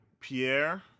Pierre